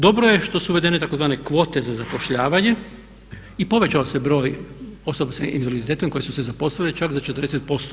Dobro je što su uvedene tzv. kvote za zapošljavanje i povećao se broj osoba sa invaliditetom koje su se zaposlile, čak za 40%